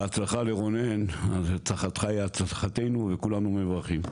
בהצלחה לרונן, הצלחתך היא הצלחתנו וכולנו מברכים.